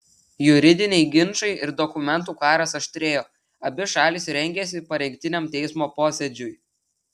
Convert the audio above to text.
juridiniai ginčai ir dokumentų karas aštrėjo abi šalys rengėsi parengtiniam teismo posėdžiui